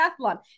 triathlon